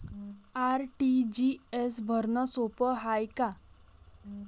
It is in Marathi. आर.टी.जी.एस भरनं सोप हाय का?